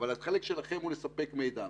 אבל החלק שלכם הוא לספק מידע,